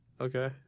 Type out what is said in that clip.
Okay